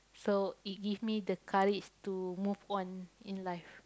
so it give me the courage to move on in life